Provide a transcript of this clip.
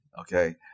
Okay